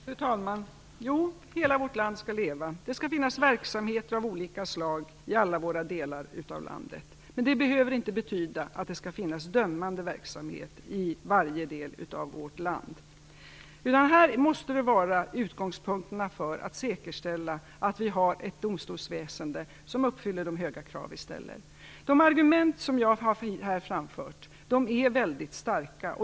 Fru talman! Hela vårt land skall leva. Det skall finnas verksamheter av olika slag i alla delar av landet. Men det behöver inte betyda att det skall finna dömande verksamhet i varje del av vårt land. Utgångspunkten måste vara att säkerställa att vi har ett domstolsväsende som uppfyller de höga krav vi ställer. De argument jag här framfört är väldigt starka.